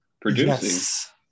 producing